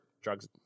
drugs